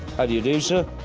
how do you do sir?